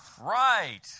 Right